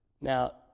Now